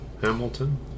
Hamilton